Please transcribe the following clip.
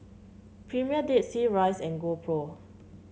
Premier Dead Sea Royce and GoPro